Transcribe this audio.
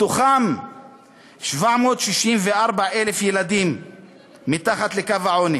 מתוכם 764,000 ילדים מתחת לקו העוני?